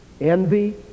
envy